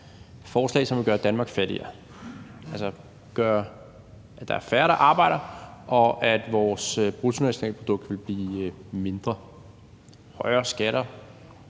forslag, som vil gøre Danmark fattigere, altså gøre, at der er færre, der arbejder, og at vores bruttonationalprodukt vil blive mindre, vil medføre